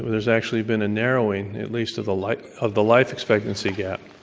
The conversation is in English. there's actually been a narrowing, at least of the like of the life expectancy gap,